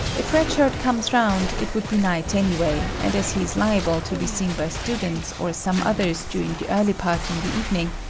if red shirt comes round, it would be night anyway, and as he is liable to be seen by students or some others during the early part in the evening,